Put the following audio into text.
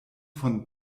von